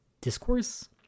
discourse